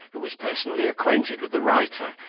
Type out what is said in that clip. who was personally acquainted with the writer,